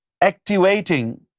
activating